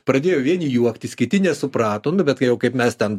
pradėjo vieni juoktis kiti nesuprato nu bet kai jau kaip mes ten